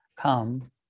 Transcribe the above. come